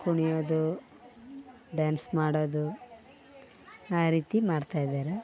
ಕುಣಿಯೋದು dance ಮಾಡೋದು ಆ ರೀತಿ ಮಾಡ್ತಾ ಇದಾರೆ